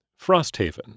Frosthaven